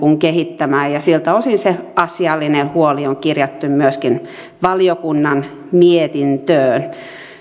kehittämään ja ja siltä osin se asiallinen huoli on kirjattu myöskin valiokunnan mietintöön